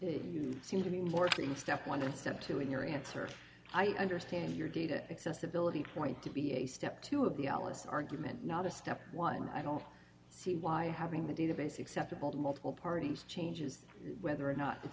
you seem to be enforcing step one step two in your answer i understand your data accessibility point to be a step two of the alice argument not a step one i don't see why having the database acceptable multiple parties changes whether or not it's